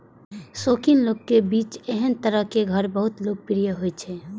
शौकीन लोगक बीच एहन तरहक घर बहुत लोकप्रिय होइ छै